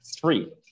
three